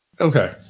Okay